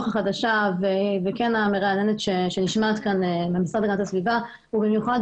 החדשה והמרעננת שנשמעת כאן מהמשרד להגנת הסביבה ובמיוחד